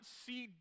see